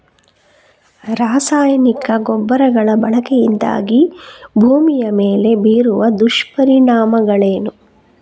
ರಾಸಾಯನಿಕ ಗೊಬ್ಬರಗಳ ಬಳಕೆಯಿಂದಾಗಿ ಭೂಮಿಯ ಮೇಲೆ ಬೀರುವ ದುಷ್ಪರಿಣಾಮಗಳೇನು?